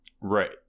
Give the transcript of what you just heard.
Right